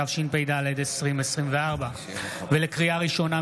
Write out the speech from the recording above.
התשפ"ד 2024. לקריאה ראשונה,